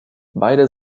beide